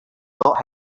not